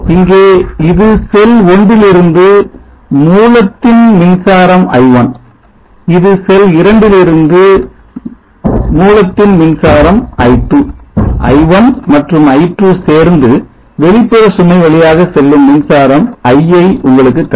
இங்கே இது செல் ஒன்றிலிருந்து மூலத்தின் மின்சாரம் i1 இது செல் இரண்டிலிருந்து மின்சாரம் i2 i1 மற்றும் i2 சேர்ந்து வெளிப்புற சுமை வழியாக செல்லும் மின்சாரம் i ஐ உங்களுக்குத் தரும்